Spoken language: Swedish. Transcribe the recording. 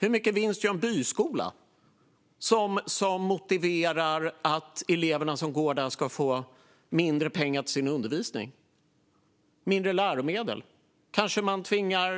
Hur mycket vinst gör en byskola, som motiverar att eleverna som går där ska få mindre pengar till sin undervisning och mindre läromedel? Barnen kanske tvingas